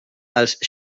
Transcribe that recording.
els